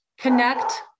connect